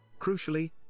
crucially